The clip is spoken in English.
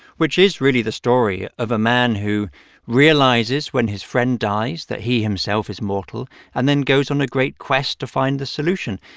which is really the story of a man who realizes when his friend dies that he himself is mortal and then goes on a great quest to find the solution.